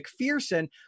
McPherson